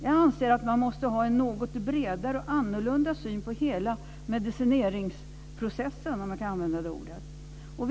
Jag anser att man måste ha en något bredare och annorlunda syn på hela medicineringsprocessen, om man kan använda det ordet.